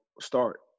start